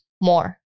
more